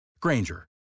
Granger